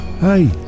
Hey